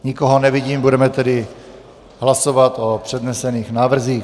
Nikoho nevidím, budeme tedy hlasovat o přednesených návrzích.